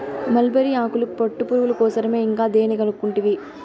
mulberry ఆకులు పట్టుపురుగుల కోసరమే ఇంకా దేని కనుకుంటివి